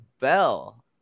bell